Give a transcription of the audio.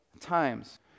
times